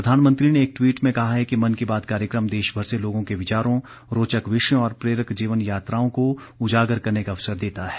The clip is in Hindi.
प्रधानमंत्री ने एक ट्वीट में कहा है कि मन की बात कार्यक्रम देशभर से लोगों के विचारों रोचक विषयों और प्रेरक जीवन यात्राओं को उजागर करने का अवसर देता है